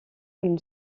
une